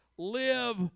Live